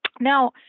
Now